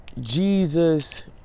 Jesus